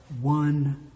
one